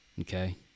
Okay